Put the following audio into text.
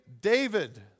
David